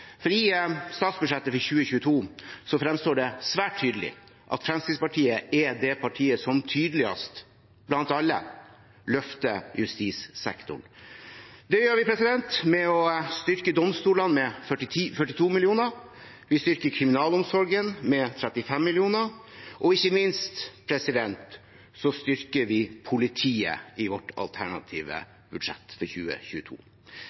I statsbudsjettet for 2022 fremstår det svært tydelig at Fremskrittspartiet er det partiet som tydeligst blant alle løfter justissektoren. Det gjør vi ved å styrke domstolene med 42 mill. kr, styrke kriminalomsorgen med 35 mill. kr, og ikke minst ved å styrke politiet i vårt alternative budsjett for 2022.